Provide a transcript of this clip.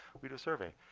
we do a survey.